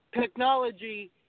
technology